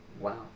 Wow